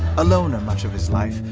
a loner much of his life,